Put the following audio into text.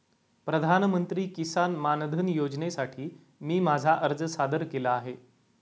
प्रधानमंत्री किसान मानधन योजनेसाठी मी माझा अर्ज सादर केला आहे